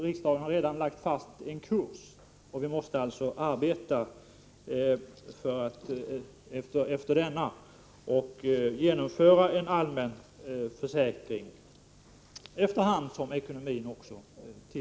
Riksdagen har lagt fast vilken kurs vi skall hålla, och vi måste arbeta efter denna och genomföra en allmän socialförsäkring i den takt ekonomin tillåter.